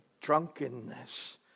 drunkenness